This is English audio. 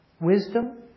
wisdom